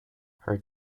her